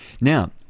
Now